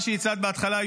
מה שהצעת בהתחלה,